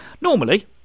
normally